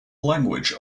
language